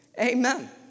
Amen